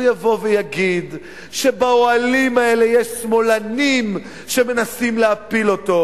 שהוא יבוא ויגיד שבאוהלים האלה יש שמאלנים שמנסים להפיל אותו.